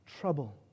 trouble